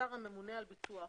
השר הממונה על ביצוע החוק.